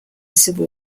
civil